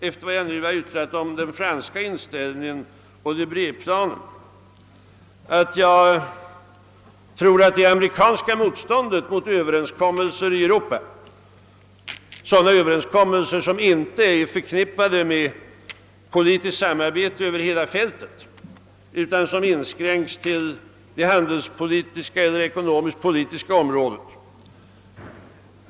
Efter vad jag nu har yttrat om den franska inställningen och Debréplanen skulle jag vilja framhålla att jag beklagar det amerikanska motståndet mot sådana överenskommelser i Europa som inte är förknippade med politiskt samarbete över hela fältet utan inskränks till det handelspolitiska eller ekonomiskt politiska området.